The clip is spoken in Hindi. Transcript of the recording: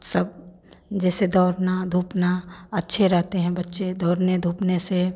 सब जैसे दौड़ना धूपना अच्छे रहते हैं बच्चे दौड़ने धूपने से